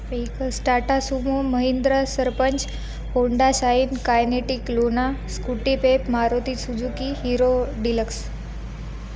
vehicles Tata Sumo Mahindra Sarpanch Honda Shine Kinetic Luna Scooty Pep Maruti Suzuki Hero deluxe